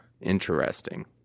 Interesting